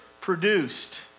produced